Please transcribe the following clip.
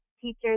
teachers